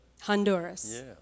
Honduras